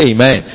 Amen